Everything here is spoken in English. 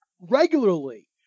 regularly